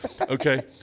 Okay